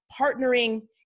partnering